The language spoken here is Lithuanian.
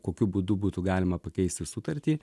kokiu būdu būtų galima pakeisti sutartį